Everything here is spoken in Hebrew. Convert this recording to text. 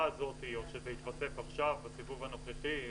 הזאת או שזה התווסף עכשיו בסיבוב הנוכחי.